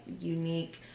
unique